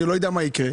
אני לא יודע מה יקרה,